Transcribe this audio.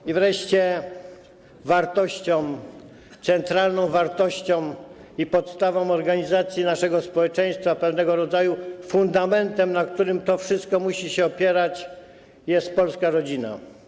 I wreszcie wartością, centralną wartością i podstawą organizacji naszego społeczeństwa, pewnego rodzaju fundamentem, na którym to wszystko musi się opierać, jest polska rodzina.